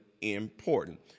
important